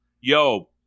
yo